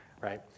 right